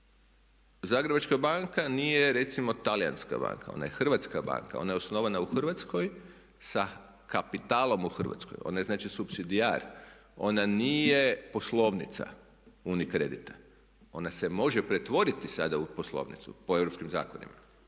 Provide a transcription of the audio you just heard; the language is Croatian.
Zagrebačka banka nije recimo talijanska banka, ona je hrvatska banka. Ona je osnovana u Hrvatskoj sa kapitalom u Hrvatskoj. Ona je znači supsidijar. Ona nije poslovnica UNICREDIT-a. Ona se može pretvoriti sada u poslovnicu po europskim zakonima